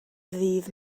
ddydd